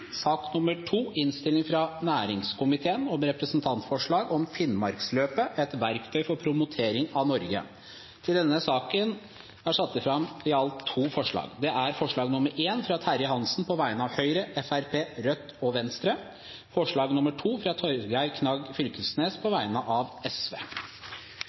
Sak nr. 1 var en redegjørelse. Under debatten er det satt fram i alt to forslag. Det er forslag nr. 1, fra Terje Hansen på vegne av Høyre, Fremskrittspartiet, Rødt og Venstre forslag nr. 2, fra Torgeir Knag Fylkesnes på